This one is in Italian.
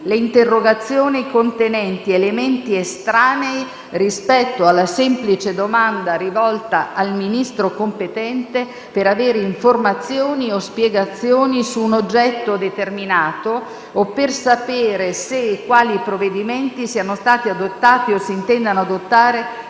le interrogazioni contenenti elementi estranei rispetto alla «semplice domanda rivolta al Ministro competente per avere informazioni o spiegazioni su un oggetto determinato o per sapere se e quali provvedimenti siano stati adottati o si intendano adottare